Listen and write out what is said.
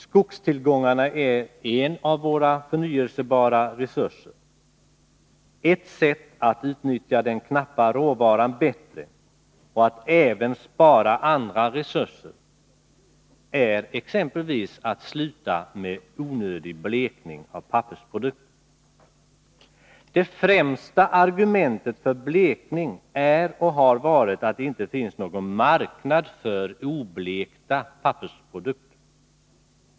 Skogstillgångarna är en av våra förnyelsebara resurser. Ett sätt att utnyttja den knappa råvaran bättre och att även spara andra resurser är att sluta med onödig blekning av pappersprodukter. Det främsta argumentet för blekning är och har varit att det inte finns någon marknad för oblekta pappersprodukter.